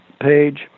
page